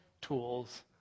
tools